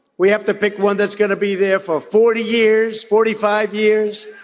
we have to pick one that's going to be there for forty years forty five years.